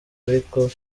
ariko